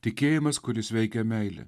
tikėjimas kuris veikia meile